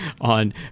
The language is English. on